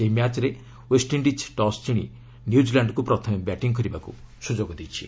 ସେହି ମ୍ୟାଚ୍ରେ West Indies toss ଜିଣି ନ୍ୟୁଜିଲାଣ୍ଡକୁ ପ୍ରଥମେ ବ୍ୟାଟିଂ କରିବାକୁ ସୁଯୋଗ ଦେଇଛି